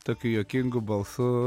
tokiu juokingu balsu